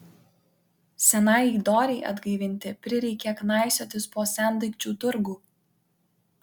senajai dorei atgaivinti prireikė knaisiotis po sendaikčių turgų